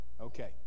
okay